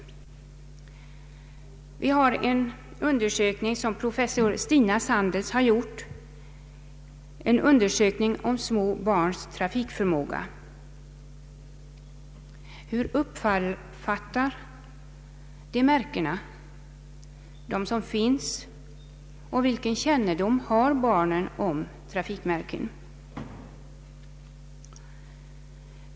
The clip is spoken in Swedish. Det finns en undersökning som gjorts av professor Stina Sandels och som gäller små barns trafikförmåga. Hur uppfattar småbarnen de märken som finns och vilken kännedom har barnen om trafikmärken?